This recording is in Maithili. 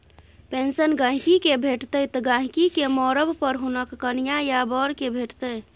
पेंशन गहिंकी केँ भेटतै गहिंकी केँ मरब पर हुनक कनियाँ या बर केँ भेटतै